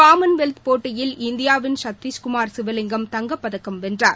Commonwealth போட்டியில் இந்தியாவின் சத்தீஷ்குமார் சிவலிங்கம் தங்கப்பதக்கம் வென்றார்